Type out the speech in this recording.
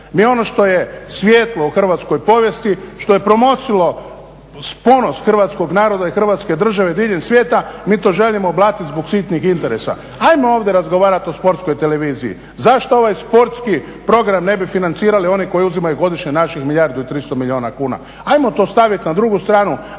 ne ono što je svijetlo u hrvatskoj povijesti, što je … ponos hrvatskog naroda i Hrvatske države diljem svijeta, mi to želimo … zbog sitnih interesa. Ajmo onda razgovarati o Sportskoj televiziji, zašto ovaj sportski program ne bi financirali oni koji uzimaju godišnje naših milijardu i 300 milijuna kuna? Ajmo to staviti na drugu stranu,